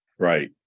Right